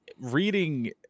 reading